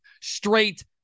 straight